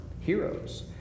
heroes